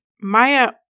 Maya